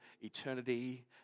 eternity